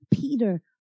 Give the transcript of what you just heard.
Peter